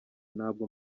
ntabwo